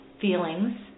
feelings